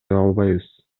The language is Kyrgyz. албайбыз